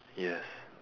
yes